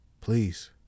Please